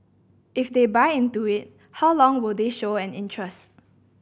if they buy into it how long will they show an interest